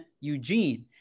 Eugene